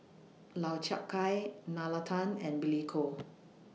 Lau Chiap Khai Nalla Tan and Billy Koh